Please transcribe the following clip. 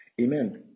Amen